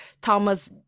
thomas